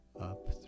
up